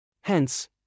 Hence